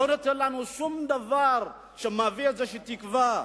לא נותן לנו שום דבר שמביא איזו תקווה.